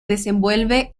desenvuelve